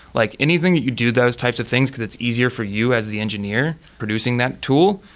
like anything that you do those types of things, because it's easier for you as the engineer producing that tool,